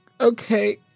okay